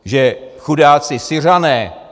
Že chudáci Syřané.